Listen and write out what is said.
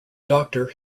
doctor